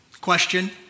Question